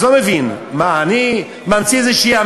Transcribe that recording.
אז אני לא מבין, מה, אני ממציא איזו המצאה?